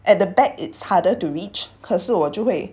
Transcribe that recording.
at the back it's harder to reach 可是我就会